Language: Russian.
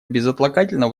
безотлагательно